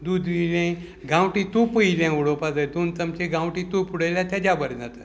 दूद येयलें गांवटी तुपूय इल्लें उडोवपा जाय दोन चमचें गांवटी तूप उडयल्यार तेज्या बरें जाता